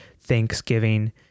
thanksgiving